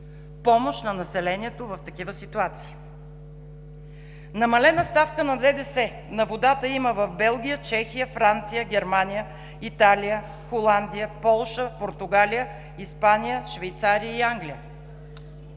помощ за населението в такива ситуации. Намалена ставка на ДДС на водата има в Белгия, Чехия, Франция, Германия, Италия, Холандия, Полша, Португалия, Испания, Швейцария и Англия.